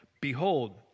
Behold